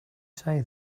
say